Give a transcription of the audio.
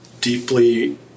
deeply